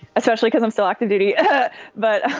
especially cause i'm still active duty but,